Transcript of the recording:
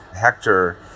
hector